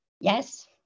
Yes